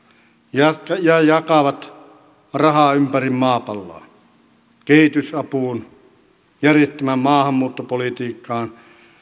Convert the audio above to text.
ja ja jakavat rahaa ympäri maapalloa kehitysapuun järjettömään maahanmuuttopolitiikkaan